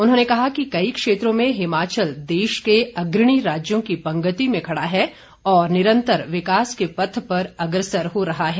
उन्होंने कहा कि कई क्षेत्रो में हिमाचल देश के अग्रणी राज्यों की पंक्ति में खड़ा है और निरंतर विकास के पथ पर अग्रसर हो रहा है